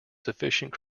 sufficient